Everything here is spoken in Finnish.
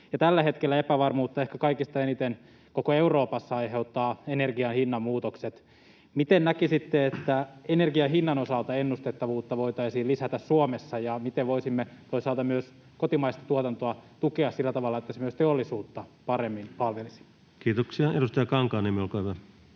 Tällä hetkellä epävarmuutta ehkä kaikista eniten koko Euroopassa aiheuttavat energian hinnanmuutokset. Miten näkisitte, että energian hinnan osalta ennustettavuutta voitaisiin lisätä Suomessa, ja miten voisimme toisaalta myös kotimaista tuotantoa tukea sillä tavalla, että se teollisuutta paremmin palvelisi? [Speech 53] Speaker: Ensimmäinen